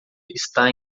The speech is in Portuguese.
está